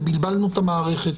זה לבלבל את המערכת.